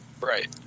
Right